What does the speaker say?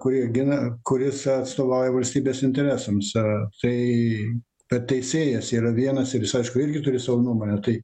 kur jie gina kuris atstovauja valstybės interesams ar tai per teisėjas yra vienas ir jis aišku irgi turi savo nuomonę tai